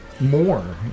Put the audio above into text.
more